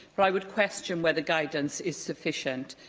but i would question whether guidance is sufficient,